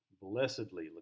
Blessedly